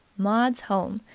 maud's home.